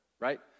right